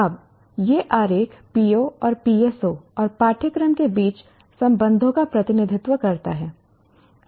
अब यह आरेख PO और PSO और पाठ्यक्रम के बीच संबंधों का प्रतिनिधित्व करता है